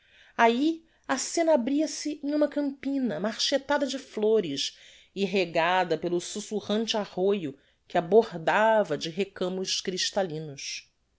ahi a scena abria-se em uma campina marchetada de flores e regada pelo sussurrante arroio que a bordava de recamos cristalinos